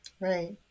Right